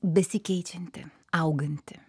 besikeičianti auganti